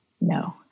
No